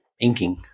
inking